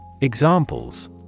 Examples